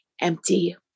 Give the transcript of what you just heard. empty